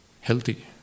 healthy